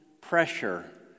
pressure